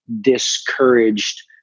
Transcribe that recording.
discouraged